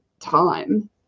time